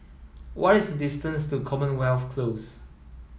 what is the distance to Commonwealth Close